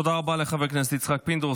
תודה רבה לחבר הכנסת יצחק פינדרוס.